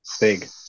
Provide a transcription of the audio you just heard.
Big